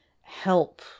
help